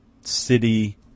city